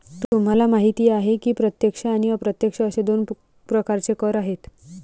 तुम्हाला माहिती आहे की प्रत्यक्ष आणि अप्रत्यक्ष असे दोन प्रकारचे कर आहेत